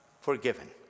forgiven